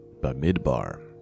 Bamidbar